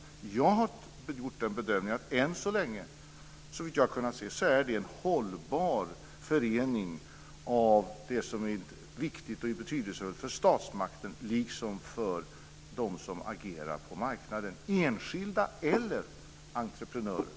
Jag har gjort bedömningen att detta än så länge är en hållbar förening av det som är viktigt och betydelsefullt för statsmakten liksom för dem som agerar på marknaden, enskilda eller entreprenörer.